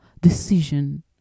decision